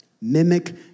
mimic